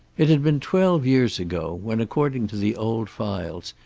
it had been twelve years ago, when, according to the old files,